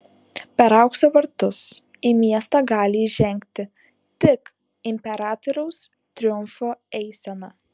per aukso vartus į miestą gali įžengti tik imperatoriaus triumfo eisena